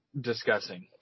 discussing